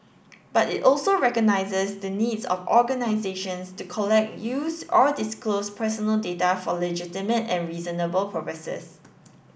but it also recognises the needs of organisations to collect use or disclose personal data for legitimate and reasonable purposes